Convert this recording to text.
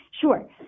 Sure